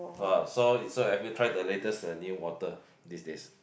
!wah! so so have you try the latest a new water these days